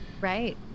Right